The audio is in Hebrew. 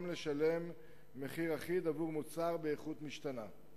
לשלם מחיר אחיד עבור מוצר באיכות משתנה.